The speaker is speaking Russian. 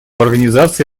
организации